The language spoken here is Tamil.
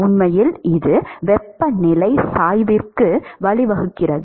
உண்மையில் இது வெப்பநிலை சாய்வுக்கு வழிவகுக்கிறது